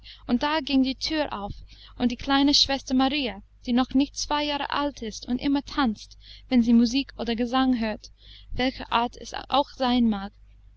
und da ging die thür auf und die kleine schwester maria die noch nicht zwei jahre alt ist und immer tanzt wenn sie musik oder gesang hört welcher art es auch sein mag